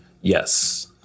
Yes